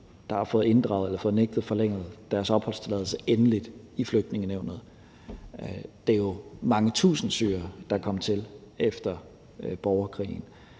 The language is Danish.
der har fået inddraget eller nægtet forlænget deres opholdstilladelse endeligt i Flygtningenævnet, og det er jo mange tusind syrere, der er kommet hertil efter borgerkrigen.